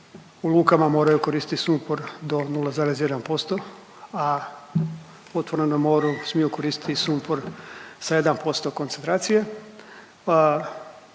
u lukama moraju koristiti sumpor do 0,1%, a na otvorenom moru smiju koristiti sumpor sa 1% koncentracije.